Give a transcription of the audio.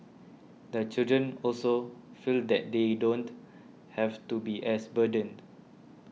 the children also feel that they don't have to be as burdened